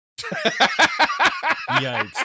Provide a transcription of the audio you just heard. yikes